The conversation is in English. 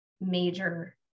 major